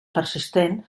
persistent